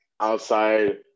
outside